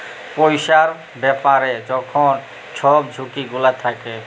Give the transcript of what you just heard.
পইসার ব্যাপারে যখল ছব ঝুঁকি গুলা থ্যাকে